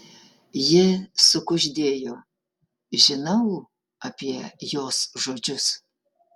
ji sukuždėjo žinau apie jos žodžius